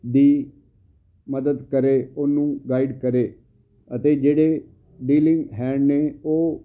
ਦੀ ਮਦਦ ਕਰੇ ਉਹਨੂੰ ਗਾਈਡ ਕਰੇ ਅਤੇ ਜਿਹੜੇ ਡੀਲਿੰਗ ਹੈਂਡ ਨੇ ਉਹ